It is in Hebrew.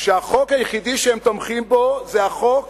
שהחוק היחיד שהם תומכים בו הוא החוק